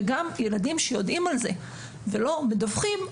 וגם ילדים שיודעים על זה ולא מדווחים,